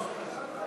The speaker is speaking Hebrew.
לא.